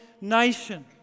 nation